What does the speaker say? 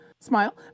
smile